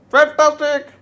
Fantastic